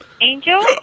Angel